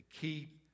keep